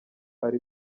ari